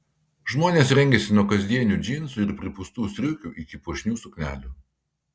žmonės rengėsi nuo kasdienių džinsų ir pripūstų striukių iki puošnių suknelių